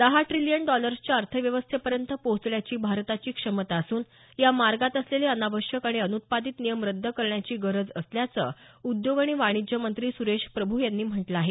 दहा ट्रीलियन डॉलर्सच्या अर्थव्यवस्थेपर्यंत पोहोचण्याची भारताची क्षमता असून या मार्गात असलेले अनावश्यक आणि उनुत्पादित नियम रद्द करण्याची गरज असल्याचं उद्योग आणि वाणिज्य मंत्री सुरेश प्रभू यांनी म्हटलं आहे